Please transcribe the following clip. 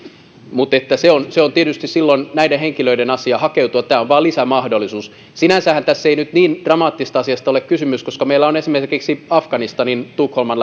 mutta se on se on tietysti silloin näiden henkilöiden asia hakeutua tämä on vain lisämahdollisuus sinänsähän tässä ei nyt niin dramaattisesta asiasta ole kysymys koska meillä on esimerkiksi afganistanin tukholman